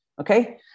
okay